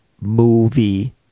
movie